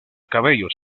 cabellos